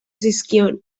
zizkion